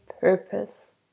purpose